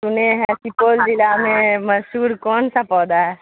سنے ہیں سپول ضلع میں مشہور کون سا پودا ہے